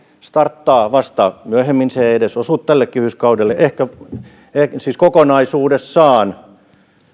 starttaa vasta myöhemmin se ei edes osu tälle kehyskaudelle siis kokonaisuudessaan